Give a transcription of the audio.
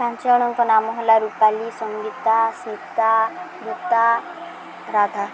ପାଞ୍ଚ ଜଣଙ୍କ ନାମ ହେଲା ରୂପାଲି ସଙ୍ଗୀତା ସୀତା ଗୀତା ରାଧା